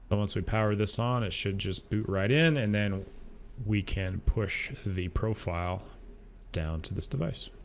and once we power this on it should just boot right in and then we can push the profile down to this device